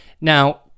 Now